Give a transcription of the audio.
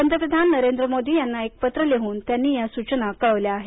पंतप्रधान नरेंद्र मोदी यांना पत्र लिहून त्यांनी या सूचना कळवल्या आहेत